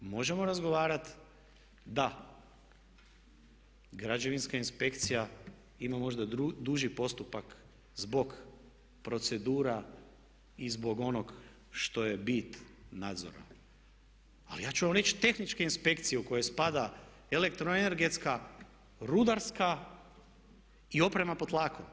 Možemo razgovarati da Građevinska inspekcija ima možda duži postupak zbog procedura i zbog onog što je bit nadzora, ali ja ću vam reći tehničke inspekcije u koje spada elektroenergetska, rudarska i oprema pod tlakom.